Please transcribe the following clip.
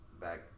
back